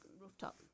rooftop